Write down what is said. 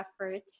effort